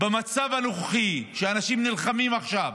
שבו במצב הנוכחי, אנשים נלחמים עכשיו,